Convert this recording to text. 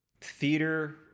Theater